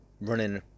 running